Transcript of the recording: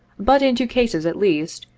but, in two cases, at least,